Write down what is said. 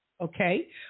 okay